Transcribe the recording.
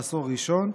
בעשור הראשון,